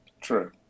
True